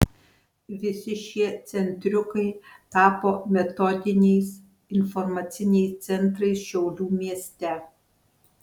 visi šie centriukai tapo metodiniais informaciniais centrais šiaulių mieste